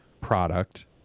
product